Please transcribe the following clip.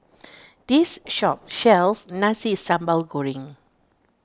this shop sells Nasi Sambal Goreng